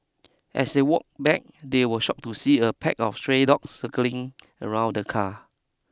as they walked back they were shocked to see a pack of stray dogs circling around the car